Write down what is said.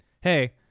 hey